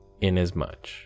inasmuch